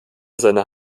seiner